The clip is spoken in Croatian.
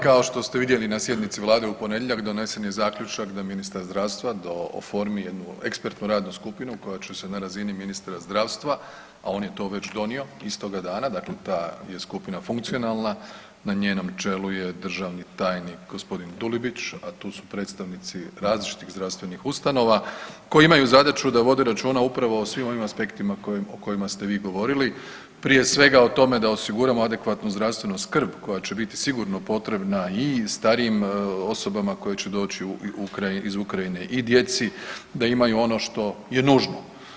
Kao što ste vidjeli na sjednici vlade u ponedjeljak donesen je zaključak da ministar zdravstva oformi jednu ekspertnu radnu skupinu koja će se na razini ministra zdravstva, a on je to već donio istoga dana, dakle ta je skupina funkcionalna, na njenom čelu je državni tajnik g. Dulibić, a tu su predstavnici različitih zdravstvenih ustanova koji imaju zadaću da vode računa upravo o svim ovim aspektima o kojima ste vi govorili, prije svega o tome da osiguramo adekvatnu zdravstvenu skrb koja će biti sigurno potrebna i starijim osobama koje će doći iz Ukrajine i djeci da imaju ono što je nužno.